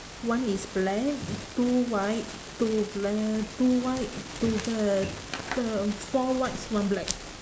one is black two white two black two white two black um four whites one black